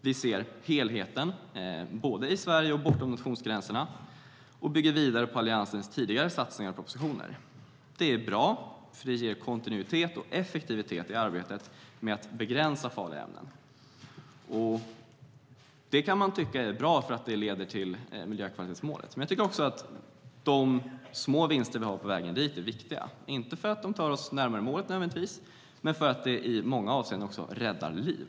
Vi ser helheten både i Sverige och bortom nationsgränserna och bygger vidare på Alliansens tidigare satsningar och propositioner. Det är bra, för det ger kontinuitet och effektivitet i arbetet med att begränsa farliga ämnen. Det kan man tycka är bra därför att det leder till miljökvalitetsmålet, men de små vinster vi får på vägen dit är också viktiga, inte nödvändigtvis för att de tar oss närmare målet utan även för att de i många avseenden räddar liv.